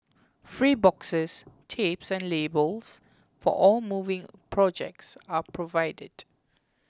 free boxes tapes and labels for all moving projects are provided